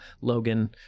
logan